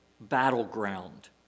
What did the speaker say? battleground